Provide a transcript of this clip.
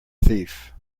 thief